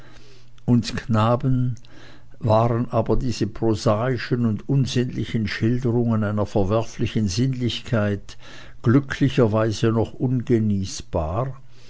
uns knaben waren aber diese prosaischen und unsinnlichen schilderungen einer verwerflichen sinnlichkeit glücklicherweise noch ungenießbar